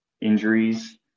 injuries